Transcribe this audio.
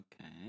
Okay